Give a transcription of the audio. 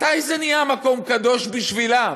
מתי זה נהיה מקום קדוש בשבילם?